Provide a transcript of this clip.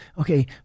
okay